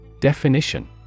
Definition